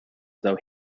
though